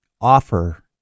offer